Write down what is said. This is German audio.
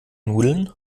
nudeln